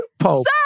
Pope